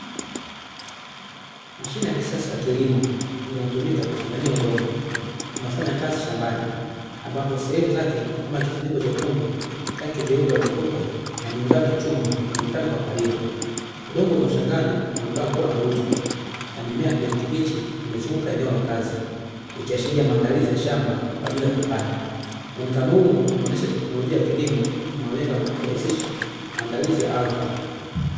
Mashine ya kisasa ya kilimo inayotumika kuchanganyia udongo inafanya kazi shambani, ambapo sehemu zake kama kifuniko chekundu, tanki jeupe la mafuta na miungano ya chuma, inaonekana kwa karibu. Udongo unaochanganywa unaonekana kuwa na rutuba na mimea ya kijani kibichi imezunguka eneo la kazi, ikiashiria maandalizi ya shamba kwa ajili ya kupanda. Muonekano huu unaonyesha teknolojia ya kilimo inayolenga kurahisisha maandalizi ya ardhi.